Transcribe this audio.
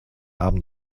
abend